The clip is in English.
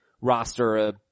roster